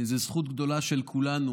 זאת זכות גדולה של כולנו.